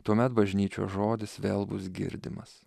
tuomet bažnyčios žodis vėl bus girdimas